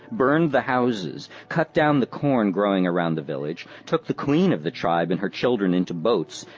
burned the houses, cut down the corn growing around the village, took the queen of the tribe and her children into boats,